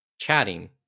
chatting